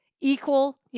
equal